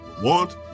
want